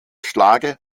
schlage